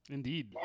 Indeed